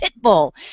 Pitbull